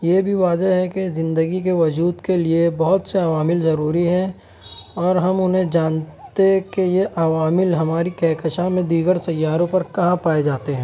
یہ بھی واضح ہے کہ زندگی کے وجود کے لیے بہت سے عوامل ضروری ہیں اور ہم انہیں جانتے کہ یہ عوامل ہماری کہکشاں میں دیگر سیاروں پر کہاں پائے جاتے ہیں